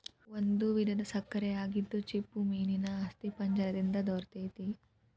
ಒಂದು ವಿಧದ ಸಕ್ಕರೆ ಆಗಿದ್ದು ಚಿಪ್ಪುಮೇನೇನ ಅಸ್ಥಿಪಂಜರ ದಿಂದ ದೊರಿತೆತಿ